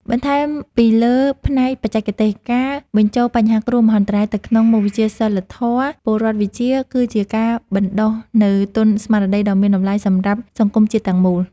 បន្ថែមពីលើផ្នែកបច្ចេកទេស ការបញ្ចូលបញ្ហាគ្រោះមហន្តរាយទៅក្នុងមុខវិជ្ជាសីលធម៌-ពលរដ្ឋវិជ្ជា គឺជាការបណ្ដុះនូវទុនស្មារតីដ៏មានតម្លៃសម្រាប់សង្គមជាតិទាំងមូល។